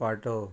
पाटो